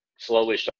slowly